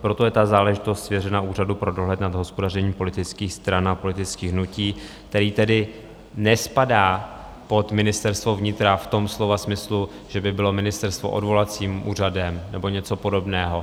Proto je ta záležitost svěřena Úřadu pro dohled nad hospodařením politických stran a politických hnutí, který tedy nespadá pod Ministerstvo vnitra v tom slova smyslu, že by bylo ministerstvo odvolacím úřadem nebo něco podobného.